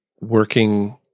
working